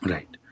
Right